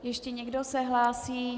Ještě někdo se hlásí?